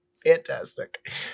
Fantastic